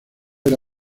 era